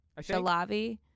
Shalavi